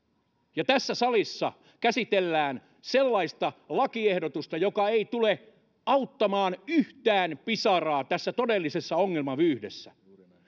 ja tässä salissa käsitellään sellaista lakiehdotusta joka ei tule auttamaan yhtään pisaraa tässä todellisessa ongelmavyyhdessä